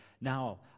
Now